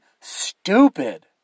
stupid